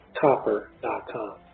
copper.com